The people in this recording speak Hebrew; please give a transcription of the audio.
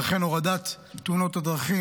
ולכן הורדת תאונות הדרכים,